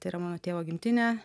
tai yra mano tėvo gimtinė